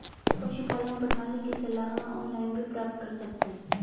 पशुपालन प्रणाली की सलाह हम ऑनलाइन भी प्राप्त कर सकते हैं